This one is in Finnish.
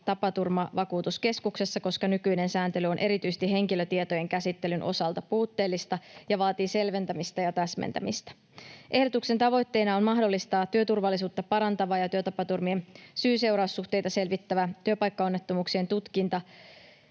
Tapaturmavakuutuskeskuksessa, koska nykyinen sääntely on erityisesti henkilötietojen käsittelyn osalta puutteellista ja vaatii selventämistä ja täsmentämistä. Ehdotuksen tavoitteena on mahdollistaa työturvallisuutta parantava ja työtapaturmien syy—seuraus-suhteita selvittävä työpaikkaonnettomuuksien tutkinta